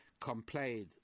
complained